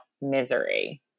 Misery